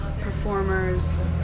performers